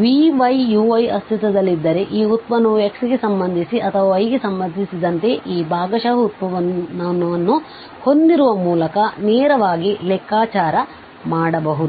vy uyಅಸ್ತಿತ್ವದಲ್ಲಿದ್ದರೆ ಈ ಉತ್ಪನ್ನವು x ಗೆ ಸಂಬಂಧಿಸಿ ಅಥವಾ y ಗೆ ಸಂಬಂಧಿಸಿದಂತೆ ಈ ಭಾಗಶಃ ಉತ್ಪನ್ನವನ್ನು ಹೊಂದಿರುವ ಮೂಲಕ ನೇರವಾಗಿ ಲೆಕ್ಕಾಚಾರ ಮಾಡಬಹುದು